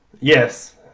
Yes